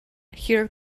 hear